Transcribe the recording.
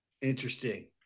interesting